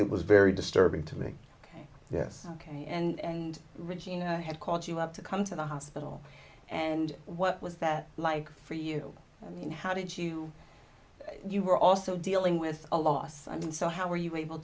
it was very disturbing to me yes ok and regina had called you up to come to the hospital and what was that like for you i mean how did you you were also dealing with a loss and so how were you able